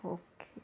okay